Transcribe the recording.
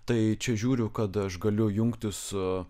tai čia žiūriu kad aš galiu jungtis